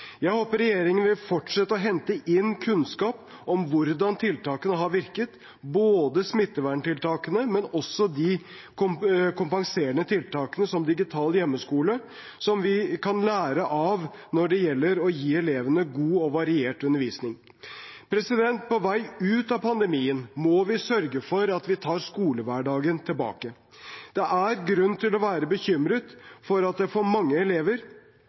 Jeg håper regjeringen vil fortsette å hente inn kunnskap om hvordan tiltakene har virket, både smitteverntiltakene og de kompenserende tiltakene, som digital hjemmeskole, som vi kan lære av når det gjelder å gi elevene god og variert undervisning. På vei ut av pandemien må vi sørge for at vi tar skolehverdagen tilbake. Det er grunn til å være bekymret for at det for mange elever